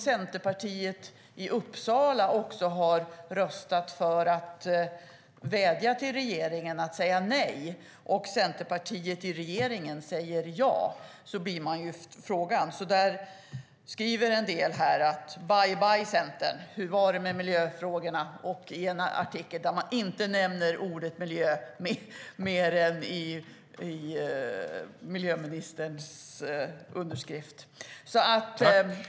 Centerpartiet i Uppsala har röstat för att vädja till regeringen att säga nej, och Centerpartiet i regeringen säger ja. Det gör att man ställer sig frågande. Där skriver en del: Bye bye Centern! Hur var det med miljöfrågorna? I artikeln nämns inte ordet miljö annat än i miljöministerns underskrift.